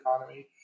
economy